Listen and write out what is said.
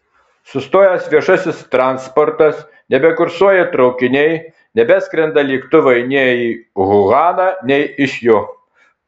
sustojęs viešasis transportas nebekursuoja traukiniai nebeskrenda lėktuvai nei į uhaną nei iš jo